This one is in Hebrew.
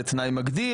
זה תנאי מגדיר,